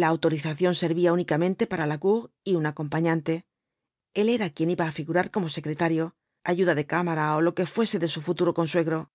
la autorización servía únicamente para lacour y un acompañante el era quien iba á figurar como secretario ayuda de cámara ó lo que fuese de su futuro consuegro